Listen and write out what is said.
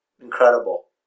Incredible